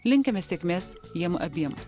linkime sėkmės jiem abiem